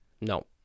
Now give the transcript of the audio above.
No